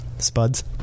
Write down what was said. Spuds